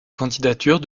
candidature